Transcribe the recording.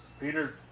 Peter